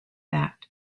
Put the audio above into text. that